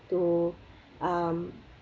to um